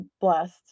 blessed